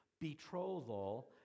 betrothal